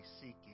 seeking